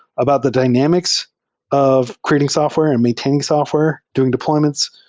about the dynam ics of creating software and maintaining software during deployments.